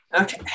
okay